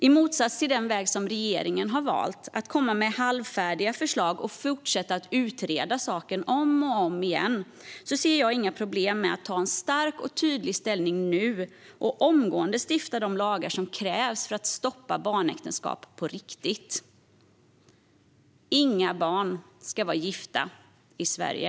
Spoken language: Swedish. I motsats till den väg som regeringen har valt - att komma med halvfärdiga förslag och fortsätta att utreda saken om och om igen - ser jag inga problem med att ta en stark och tydlig ställning nu och omgående stifta de lagar som krävs för att stoppa barnäktenskap på riktigt. Inga barn ska vara gifta i Sverige.